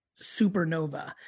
supernova